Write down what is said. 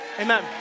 Amen